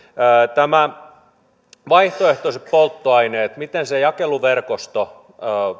nämä vaihtoehtoiset polttoaineet miten se jakeluverkosto